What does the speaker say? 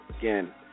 Again